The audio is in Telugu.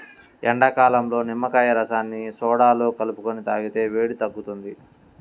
ఎండాకాలంలో నిమ్మకాయ రసాన్ని సోడాలో కలుపుకొని తాగితే వేడి తగ్గుతుంది